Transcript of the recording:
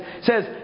says